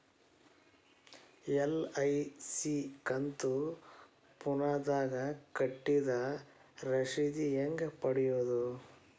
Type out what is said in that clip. LIC ಕಂತು ಫೋನದಾಗ ಕಟ್ಟಿದ್ರ ರಶೇದಿ ಹೆಂಗ್ ಪಡೆಯೋದು?